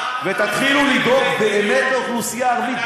ותתחילו לדאוג באמת לאוכלוסייה הערבית,